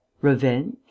revenge